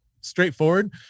straightforward